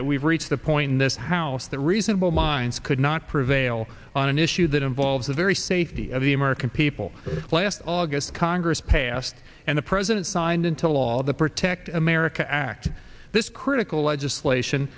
that we've reached the point in this house that reasonable minds could not prevail on an issue that involves the very safety of the american people last august congress passed and the president signed into law the protect america act this critical legislation